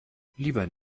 lieber